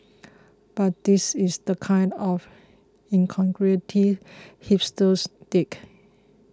but this is the kind of incongruity hipsters dig